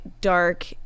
dark